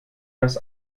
das